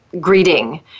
greeting